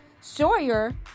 Sawyer